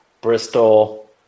Bristol